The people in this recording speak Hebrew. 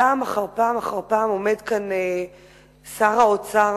פעם אחר פעם אחר פעם עומד כאן שר האוצר,